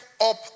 up